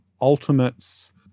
Ultimates